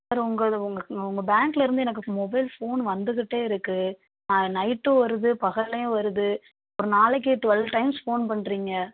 உங்கள் உங்கள் உங்கள் பேங்க்லருந்து எனக்கு மொபைல் ஃபோன் வந்துக்கிட்டே இருக்கு நைட்டும் வருது பகல்லையும் வருது ஒரு நாளைக்கு டுவெல் டைம்ஸ் ஃபோன் பண்ணுறிங்க